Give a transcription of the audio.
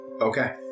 Okay